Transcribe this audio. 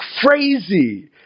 crazy